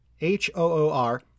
H-O-O-R